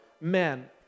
men